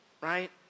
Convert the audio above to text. right